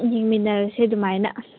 ꯌꯣꯡꯃꯤꯟꯅꯔꯁꯤ ꯑꯗꯨꯃꯥꯏꯅ